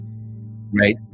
right